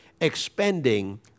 expending